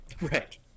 Right